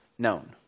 known